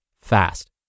fast